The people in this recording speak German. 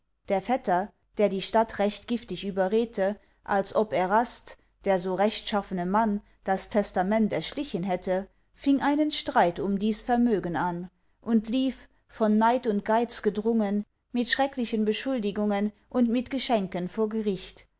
der vetter der die stadt recht giftig überredte als ob erast der so rechtschaffne mann das testament erschlichen hätte fing einen streit um dies vermögen an und lief von neid und geiz gedrungen mit schrecklichen beschuldigungen und mit geschenken vor gericht